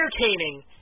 entertaining